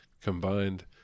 combined